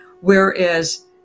Whereas